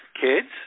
kids